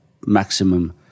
maximum